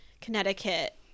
Connecticut